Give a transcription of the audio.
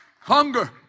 Hunger